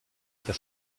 for